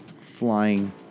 flying